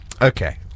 okay